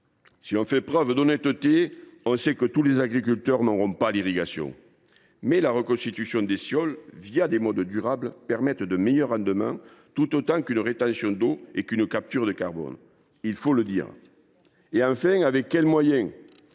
si l’on fait preuve d’honnêteté, on sait que tous les agriculteurs n’auront pas l’irrigation. Mais la reconstitution des sols de manière durable donne de meilleurs rendements, tout autant qu’une rétention d’eau et une capture de carbone. Il faut le dire. Avec quels moyens,